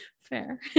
Fair